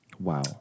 Wow